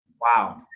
Wow